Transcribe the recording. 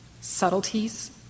subtleties